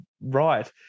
right